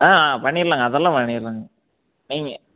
ஆ ஆ பண்ணிரலாங்க அதெல்லாம் பண்ணிரலாங்க நீங்கள்